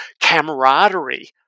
camaraderie